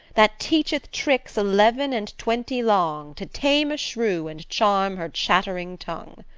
that teacheth tricks eleven and twenty long, to tame a shrew and charm her chattering tongue.